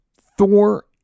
Thor